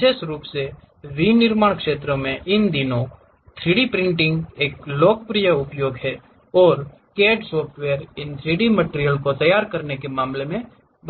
विशेष रूप से विनिर्माण क्षेत्र में इन दिनों 3 डी प्रिंटिंग एक लोकप्रिय उपयोग है और CAD सॉफ्टवेयर इन 3 डी मटिरियल को तैयार करने के मामले में